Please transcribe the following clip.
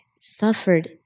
suffered